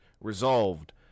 Resolved